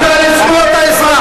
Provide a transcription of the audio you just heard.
תאפשרו לו להמשיך לדבר.